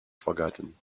forgotten